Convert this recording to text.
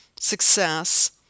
success